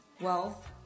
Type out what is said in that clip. wealth